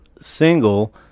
single